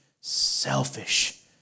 selfish